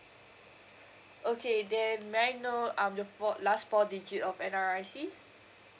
okay then may I know um the four last four digit of N_R_I_C